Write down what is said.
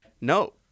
No